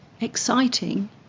exciting